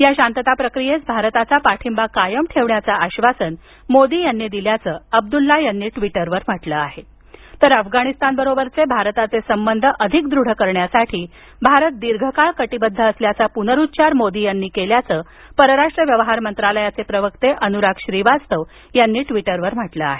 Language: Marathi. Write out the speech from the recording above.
या शांतता प्रक्रियेस भारताचा पाठींबा कायम ठेवण्याचं आश्वासन मोदी यांनी दिल्याचं अब्दुल्ला यांनी नंतर ट्वीटरवर म्हटलं आहे तर अफगाणिस्तानबरोबरचे भारताचे संबंध अधिक दृढ करण्यासाठी भारत दीर्घकाळ कटिबद्ध असल्याचा पुनरुच्चार मोदी यांनी केल्याचं परराष्ट्र व्यवहार मंत्रालयाचे प्रवक्ते अनुराग श्रीवास्तव यांनी ट्वीटरवर म्हटलं आहे